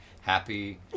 happy